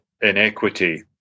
inequity